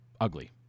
ugly